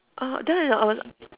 uh then I I was